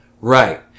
right